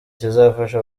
kizafasha